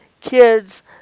kids